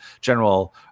general